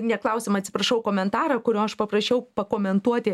ne klausimą atsiprašau komentarą kurio aš paprašiau pakomentuoti